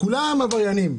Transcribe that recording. כולם עבריינים,